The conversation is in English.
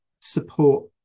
support